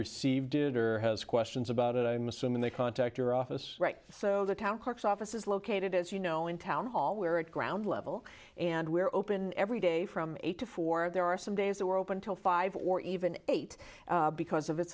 received did or has questions about it i'm assuming they contact your office right so that our hearts office is located as you know in town hall we're at ground level and we're open every day from eight to four there are some days that were open till five or even eight because of